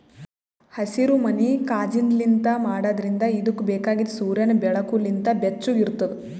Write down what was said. ಹಸಿರುಮನಿ ಕಾಜಿನ್ಲಿಂತ್ ಮಾಡಿದ್ರಿಂದ್ ಇದುಕ್ ಬೇಕಾಗಿದ್ ಸೂರ್ಯನ್ ಬೆಳಕು ಲಿಂತ್ ಬೆಚ್ಚುಗ್ ಇರ್ತುದ್